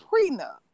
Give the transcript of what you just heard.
prenup